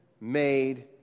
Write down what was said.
made